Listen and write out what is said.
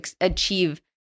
achieve